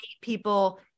people